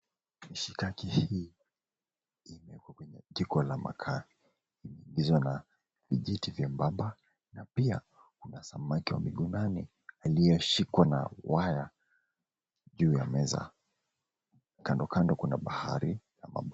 Mishikaki hii imewekwa kwenye jiko la makaa zilizo na vijiti vyembamba na pia kuna samaki wamigombani aliyeshikwa na waya juu ya meza. Kando kando kuna bahari.